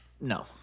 no